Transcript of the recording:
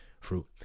fruit